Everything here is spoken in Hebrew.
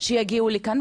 שיגיעו לכאן,